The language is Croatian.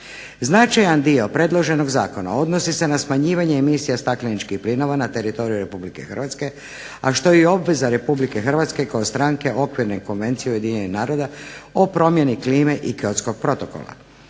Značajan dio predloženog zakona odnosi se na smanjivanje emisija stakleničkih plinova na teritoriju RH, a što je i obveza RH kao stranke Okvirne konvencije UN-a o promjeni klime i Kyotskog protokola.